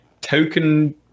token